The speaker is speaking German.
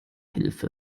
hilfe